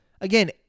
again